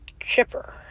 chipper